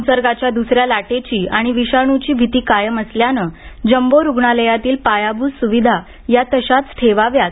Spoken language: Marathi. संसर्गाच्या दुसऱ्या लाटेची आणि विषाणूची भीती कायम असल्यानं जम्बो रुग्णालयांतील पायाभूत सुविधा या तशाच ठेवाव्यात